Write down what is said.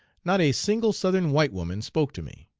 not a single southern white woman spoke to me.